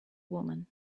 woman